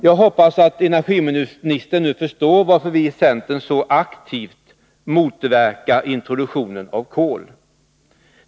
Jag hoppas att energiministern nu förstår varför vi i centern så aktivt motverkar introduktionen av kol.